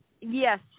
Yes